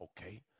Okay